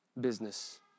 business